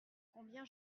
combien